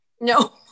No